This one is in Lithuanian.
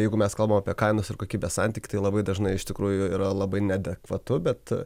jeigu mes kalbam apie kainos ir kokybės santykį tai labai dažnai iš tikrųjų yra labai neadekvatu bet